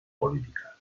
política